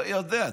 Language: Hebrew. לא יודע.